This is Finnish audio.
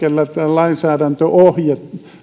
lainsäädäntöohje